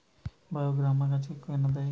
বায়োগ্রামা গাছে কেন দেয়?